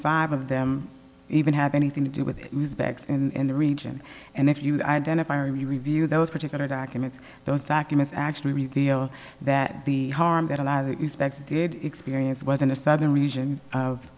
five of them even had anything to do with news backs in the region and if you identify review those particular documents those documents actually reveal that the harm that a lot of it respects did experience was in the southern region of